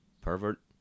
Pervert